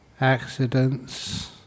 accidents